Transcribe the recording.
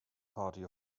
party